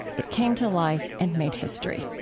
it came to life, and made history